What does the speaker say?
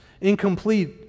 incomplete